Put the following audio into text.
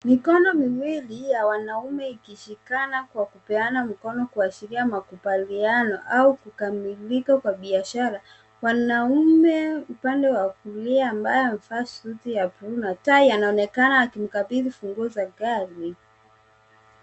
Mikono miwili ya wanaume ikishikana kwa kupeana mikono kwa kushikiria makubaliano au kukamilika kwa biashara. Wanaume upande wa kulia ambaye amevaa suti ya bluu na tai anaonekana akimukabithi ufunguo za gari.